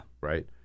Right